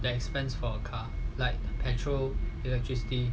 the expense for a car like petrol electricity